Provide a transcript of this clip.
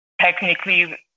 technically